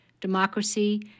democracy